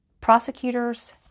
prosecutors